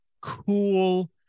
cool